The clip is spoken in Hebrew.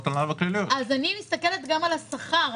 מסתכלת גם על השכר.